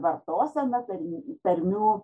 vartoseną tarmių tarmių